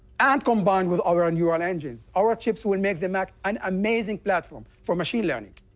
and combined with our ah neural engines, our chips will make the mac an amazing platform for machine learning.